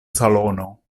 salono